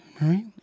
right